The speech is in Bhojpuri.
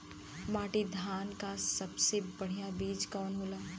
नाटी धान क सबसे बढ़िया बीज कवन होला?